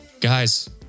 Guys